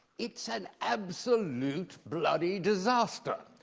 it's an absolute bloody disaster.